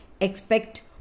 expect